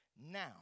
now